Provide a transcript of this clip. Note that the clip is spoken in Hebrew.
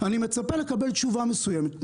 אני מצפה לקבל תשובה מסוימת.